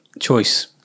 choice